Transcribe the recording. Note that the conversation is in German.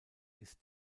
ist